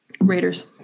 Raiders